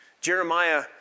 Jeremiah